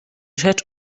rzecz